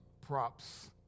props